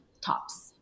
tops